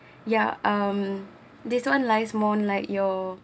yeah um this one lies more like your